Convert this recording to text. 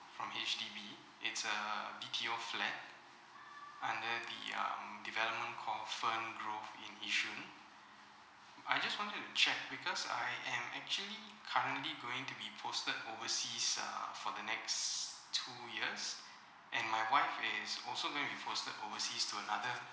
from H_D_B it's a B_T_O flat under the um development cophen group in yishun I just wanted to check because I am actually currently going to be posted overseas uh for the next two years and my wife is also will be posted overseas to another